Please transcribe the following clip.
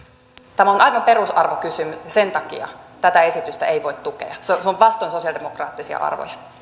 tämä on aivan perusarvokysymys ja sen takia tätä esitystä ei voi tukea se on vastoin sosialidemokraattisia arvoja